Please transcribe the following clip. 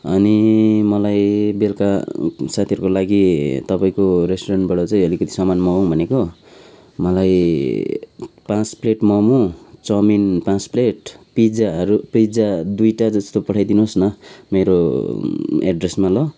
अनि मलाई बेलुका साथीहरूको लागि तपाईँको रेस्टुरेन्टबाट चाहिँ अलिकति सामान मगाउँ भनेको मलाई पाँच प्लेट मोमो चाउमीन पाँच प्लेट पिज्जाहरू पिज्जा दुईवटा जस्तो पठाइदिनुहोस् न मेरो एड्रेसमा ल